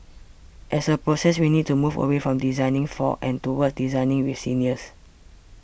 as a process we need to move away from 'designing for' and towards 'designing with' seniors